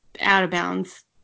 out-of-bounds